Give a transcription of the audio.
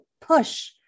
push